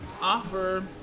offer